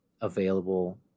available